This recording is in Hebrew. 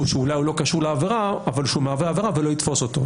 שאולי הוא לא קשור לעבירה אבל הוא מהווה עבירה והוא לא יתפוס אותו.